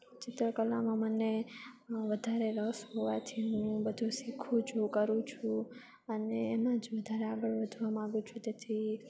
ચિત્રકલામાં મને વધારે રસ હોવાથી હું બધું શીખું છું કરું છું અને એમાં જ વધારે આગળ વધવા માંગુ છું તેથી